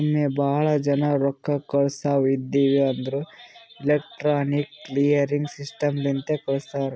ಒಮ್ಮೆ ಭಾಳ ಜನಾ ರೊಕ್ಕಾ ಕಳ್ಸವ್ ಇದ್ಧಿವ್ ಅಂದುರ್ ಎಲೆಕ್ಟ್ರಾನಿಕ್ ಕ್ಲಿಯರಿಂಗ್ ಸಿಸ್ಟಮ್ ಲಿಂತೆ ಕಳುಸ್ತಾರ್